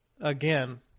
again